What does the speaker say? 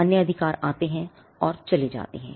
अन्य अधिकार आते हैं और चले जाते हैं